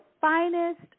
finest